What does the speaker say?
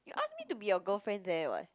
you ask me to be your girlfriend there [what]